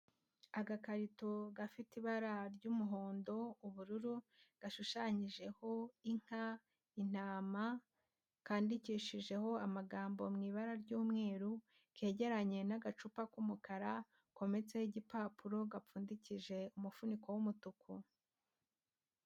Agakarito gafite ibara ry'umuhondo, ubururu, gashushanyijeho inka, intama, kandikishijeho amagambo mu ibara ry'umweru, kegeranye n'agacupa k'umukara, kometseho igipapuro gapfundikije umufuniko w'umutuku.